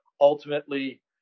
ultimately